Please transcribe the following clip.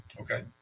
Okay